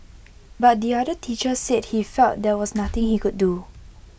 but the other teacher said he felt there was nothing he could do